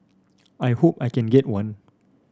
I hope I can get one